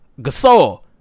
Gasol